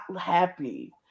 happy